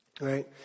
Right